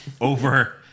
over